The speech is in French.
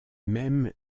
même